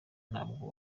ntabwo